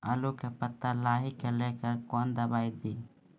आलू के पत्ता लाही के लेकर कौन दवाई दी?